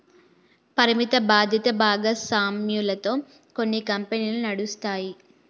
పరిమిత బాధ్యత భాగస్వామ్యాలతో కొన్ని కంపెనీలు నడుస్తాయి